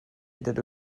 dydw